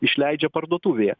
išleidžia parduotuvėje